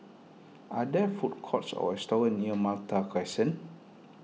are there food courts or restaurants near Malta Crescent